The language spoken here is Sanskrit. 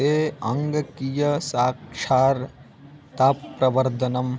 ते आङ्गकीयसाक्षरताप्रवर्धनम्